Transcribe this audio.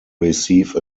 receive